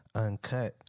uncut